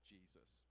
Jesus